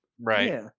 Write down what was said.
Right